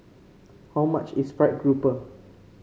how much is fried grouper